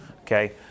Okay